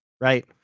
right